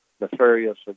nefarious